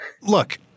Look